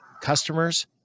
customers